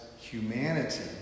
humanity